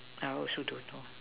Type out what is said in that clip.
I also don't know